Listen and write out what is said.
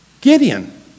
Gideon